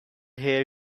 hair